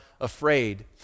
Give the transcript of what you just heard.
afraid